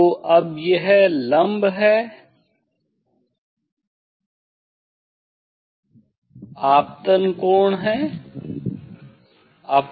तो अब यह लम्ब है 𝚹iआपतन कोण है